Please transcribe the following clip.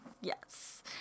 Yes